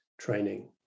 training